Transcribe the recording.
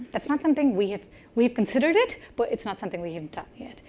it's not something we've we've considers it, but it's not something we've done yet.